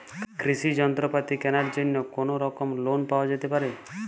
কৃষিযন্ত্রপাতি কেনার জন্য কোনোরকম লোন পাওয়া যেতে পারে?